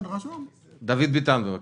דוד ביטן, בבקשה.